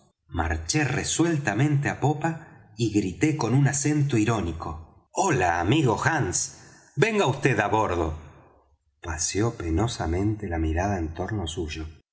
marché resueltamente á popa y grité con un acento irónico hola amigo hands venga vd á bordo paseó penosamente la mirada en torno suyo